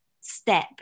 step